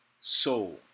soul